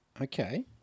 Okay